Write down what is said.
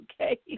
okay